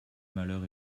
malheur